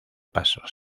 paso